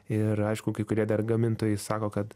ir aišku kai kurie dar gamintojai sako kad